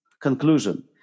conclusion